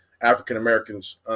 African-Americans